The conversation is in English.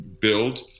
build